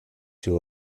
too